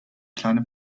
kleine